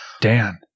Dan